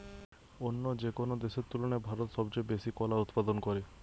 অন্য যেকোনো দেশের তুলনায় ভারত সবচেয়ে বেশি কলা উৎপাদন করে